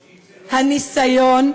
אומר,